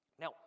Now